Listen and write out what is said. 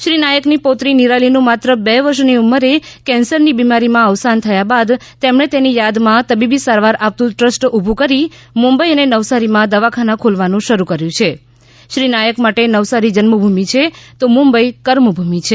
શ્રી નાયકની પૌત્રી નિરાલીનું માત્ર બે વર્ષની ઉંમરે કેન્સરની બીમારીમાં અવસાન થયા બાદ તેમણે તેની યાદમાં તબીબી સારવાર આપતું ટ્રસ્ટ ઉભુ કરી મુંબઈ અને નવસારીમાં દવાખાના ખોલવાનું શરૂ કર્યું છે શ્રી નાયક માટે નવસારી જન્મભૂમિ છે તો મુંબઈ કર્મભૂમિ છે